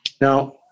Now